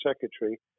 secretary